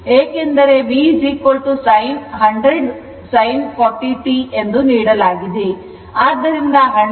ಏಕೆಂದರೆ V 100 sin 40 t ಎಂದು ನೀಡಲಾಗಿದೆ